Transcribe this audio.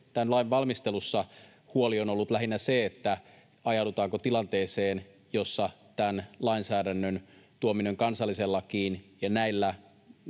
tämän lain valmistelussa huoli on ollut lähinnä se, ajaudutaanko tilanteeseen, jossa tämän lainsäädännön tuominen kansalliseen lakiin näillä